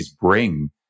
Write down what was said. bring